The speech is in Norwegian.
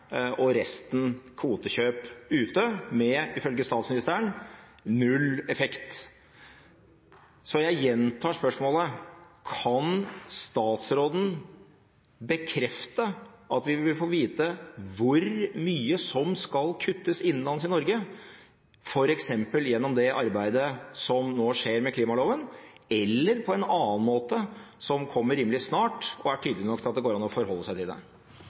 og resten kvotekjøp ute, med – ifølge statsministeren – null effekt. Så jeg gjentar spørsmålet: Kan statsråden bekrefte at vi vil få vite hvor mye som skal kuttes innenlands i Norge, f.eks. gjennom det arbeidet som nå skjer med klimaloven, eller på en annen måte, som kommer rimelig snart og er tydelig nok til at det går an å forholde seg til det?